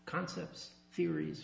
concepts theories